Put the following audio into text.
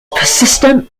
persistent